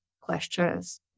questions